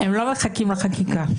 הם לא מחכים לחקיקה.